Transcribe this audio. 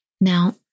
Now